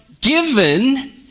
given